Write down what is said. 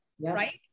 right